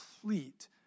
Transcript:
complete